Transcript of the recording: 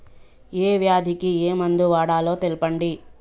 ఏ వ్యాధి కి ఏ మందు వాడాలో తెల్పండి?